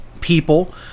people